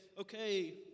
okay